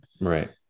Right